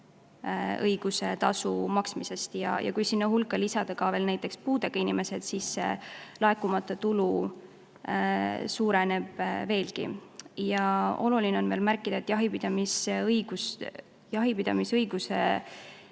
tasu maksmisest. Ja kui sinna hulka lisada veel näiteks puudega inimesed, siis laekumata tulu suureneb veelgi. Ja oluline on veel märkida, et jahipidamisõiguse